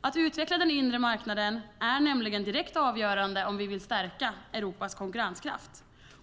Att utveckla den inre marknaden är nämligen direkt avgörande om vi vill stärka Europas konkurrenskraft.